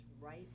right